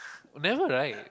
never right